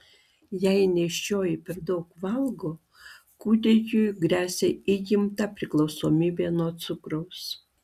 jei nėščioji per daug valgo kūdikiui gresia įgimta priklausomybė nuo cukraus